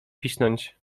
pisnąć